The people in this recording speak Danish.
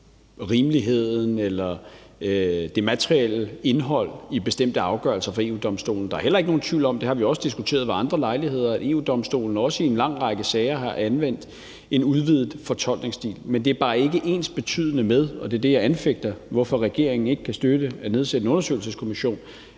rimeligheden eller det materiale indhold i bestemte afgørelser fra EU-Domstolen. Der er heller ikke nogen tvivl om – det har vi også diskuteret ved andre lejligheder – at EU-Domstolen også i en lang række sager har anvendt en udvidet fortolkningsstil. Men det er bare ikke ensbetydende med – og det er det, der er min begrundelse for, at regeringen ikke kan støtte at nedsætte en undersøgelseskommission